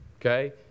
okay